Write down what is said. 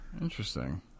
Interesting